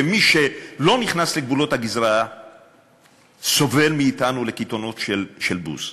ומי שלא נכנס לגבולות הגזרה סובל קיתונות של בוז מאתנו.